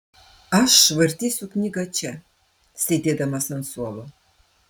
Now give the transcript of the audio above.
aš vartysiu knygą čia sėdėdamas ant suolo